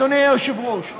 אדוני היושב-ראש,